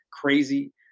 crazy